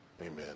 Amen